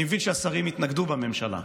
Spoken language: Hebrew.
אני מבין שהשרים התנגדו בממשלה.